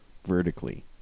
vertically